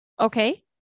okay